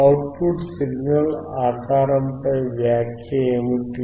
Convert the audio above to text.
out put signal ఆకారంపై వ్యాఖ్య ఏమిటి